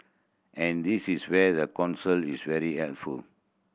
and this is where the Council is very helpful